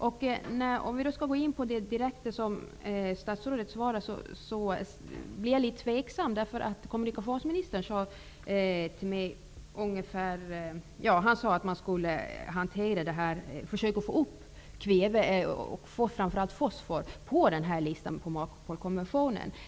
Om vi skall gå in på det som statsrådet svarar, blir jag litet tveksam, för kommunikationsministern sade till mig att man skulle försöka få upp kväve och framför allt fosfor på listan under MARPOL konventionen.